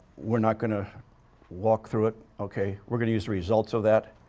we're not going to walk through it, okay. we're going to use the results of that.